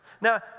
Now